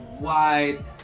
wide